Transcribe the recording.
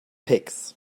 picks